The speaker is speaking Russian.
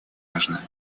важна